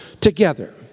together